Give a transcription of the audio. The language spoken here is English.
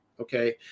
Okay